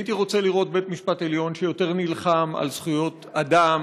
הייתי רוצה לראות בית-משפט עליון שיותר נלחם על זכויות אדם,